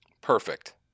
Perfect